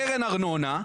קרן ארנונה.